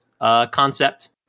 concept